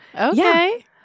Okay